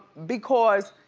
because